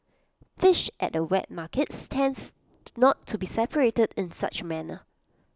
fish at wet markets tends not to be separated in such A manner